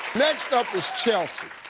next up is chelsea.